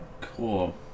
Cool